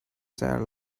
there